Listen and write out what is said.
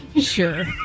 Sure